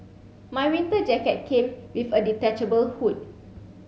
my winter jacket came with a detachable hood